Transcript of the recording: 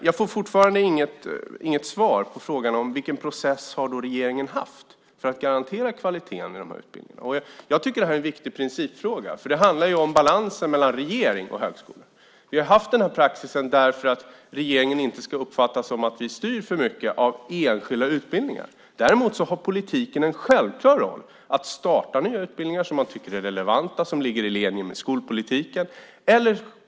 Jag får fortfarande inget svar på frågan om vilken process regeringen har tillämpat för att garantera kvaliteten i de här utbildningarna. Jag tycker att det här är en viktig principfråga, för det handlar ju om balansen mellan regering och högskola. Vi har haft denna praxis därför att det inte ska uppfattas som att regeringen styr för mycket av enskilda utbildningar. Däremot har politiken en självklar roll när det handlar om att starta nya utbildningar som man tycker är relevanta och som ligger i linje med skolpolitiken.